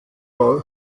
war